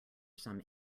some